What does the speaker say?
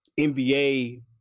NBA